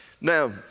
Now